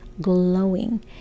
glowing